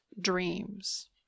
dreams